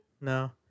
No